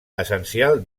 essencial